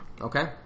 Okay